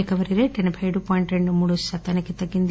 recovery rate ఎనబై ఏడు point రెండు మూడు శాతానికి తగ్గింది